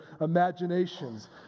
imaginations